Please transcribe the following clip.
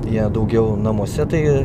jie daugiau namuose tai